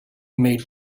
made